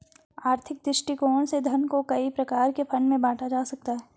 आर्थिक दृष्टिकोण से धन को कई प्रकार के फंड में बांटा जा सकता है